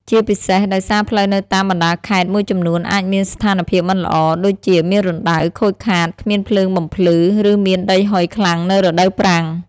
ជាពិសេសដោយសារផ្លូវនៅតាមបណ្ដាខេត្តមួយចំនួនអាចមាន ស្ថានភាពមិនល្អ ដូចជាមានរណ្ដៅ ខូចខាត គ្មានភ្លើងបំភ្លឺ ឬមានដីហុយខ្លាំងនៅរដូវប្រាំង។